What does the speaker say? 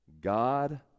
god